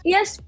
Yes